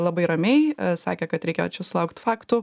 labai ramiai sakė kad reikėjo čia sulaukt faktų